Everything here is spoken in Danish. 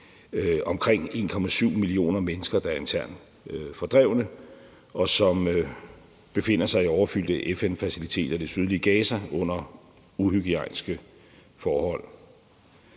omkring 1,7 millioner mennesker, der er internt fordrevne, og som befinder sig i overfyldte FN-faciliteter i det sydlige Gaza under uhygiejniske forhold.